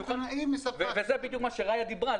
על זה בדיוק רעיה דיברה,